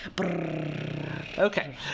Okay